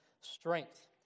strength